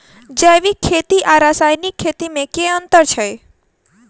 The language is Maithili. जैविक खेती आ रासायनिक खेती मे केँ अंतर छै?